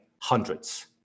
hundreds